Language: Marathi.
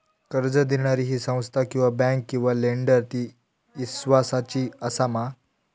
कर्ज दिणारी ही संस्था किवा बँक किवा लेंडर ती इस्वासाची आसा मा?